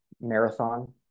marathon